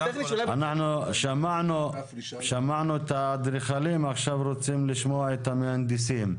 שמענו את האדריכלים ועכשיו רוצים לשמוע את המהנדסים.